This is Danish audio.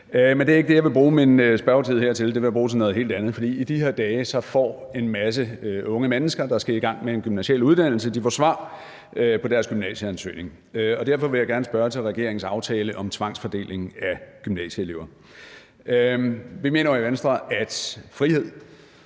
Men det er ikke det, jeg vil bruge min spørgetid her til, for den vil jeg bruge til noget helt andet. For i de her dage får en masse unge mennesker, der skal i gang med en gymnasial uddannelse, svar på deres gymnasieansøgning, og derfor vil jeg gerne spørge til regeringens aftale om tvangsfordelingen af gymnasieelever. Vi mener jo i Venstre, at frihed